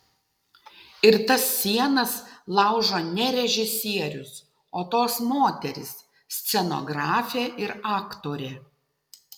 ir tas sienas laužo ne režisierius o tos moterys scenografė ir aktorė